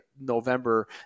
November